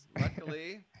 Luckily